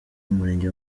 murenge